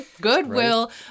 Goodwill